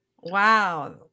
Wow